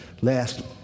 last